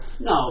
No